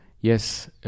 Yes